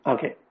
Okay